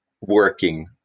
working